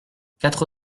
quatre